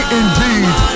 indeed